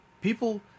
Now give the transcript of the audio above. People